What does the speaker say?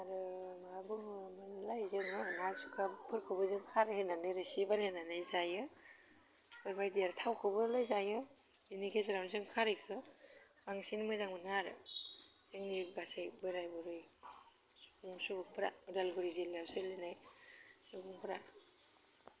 आरो मा बुङोमोनलाइ जोङो नाजुकामफोरखौबो जों खारै होनानै रोसि बानायनानै जायो बेबायदि आरो थावखौबोलाइ जायो एनि गेजेरावनो जों खारैखो बांसिन मोजां मोनो आरो एह गासै बोराइ बुरै उमुग सुमुगफ्रा अदालगुरि जिल्लायाव सोलिनाय सुबुंफोरा